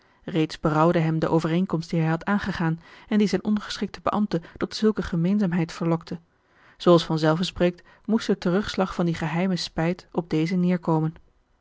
reeds berouwde hem de overeenkomst die hij had aangegaan en die zijn ondergeschikte beambte tot zulke gemeenzaamheid verlokte zooals vanzelve spreekt moest de terugslag van die geheime spijt op dezen neêrkomen